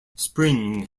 spring